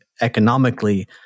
economically